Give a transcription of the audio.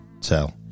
Tell